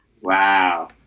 Wow